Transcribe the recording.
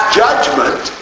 judgment